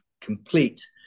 complete